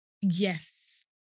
Yes